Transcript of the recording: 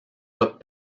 cas